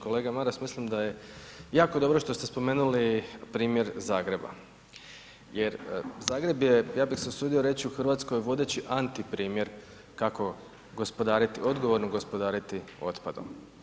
Kolega Maras, mislim da je jako dobro što ste spomenuli primjer Zagreba, jer Zagreb je ja bi se usudio reći u Hrvatskoj vodeći antiprimjer kako gospodariti, odgovorno gospodariti otpadom.